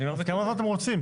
אז כמה זמן אתם רוצים?